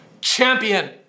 champion